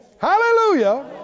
Hallelujah